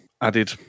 added